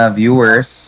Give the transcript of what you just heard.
viewers